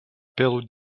pelo